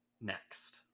next